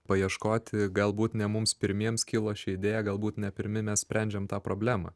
paieškoti galbūt ne mums pirmiems kilo ši idėja galbūt ne pirmi mes sprendžiam tą problemą